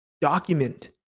Document